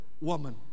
woman